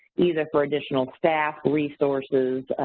either for additional staff, resources,